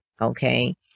okay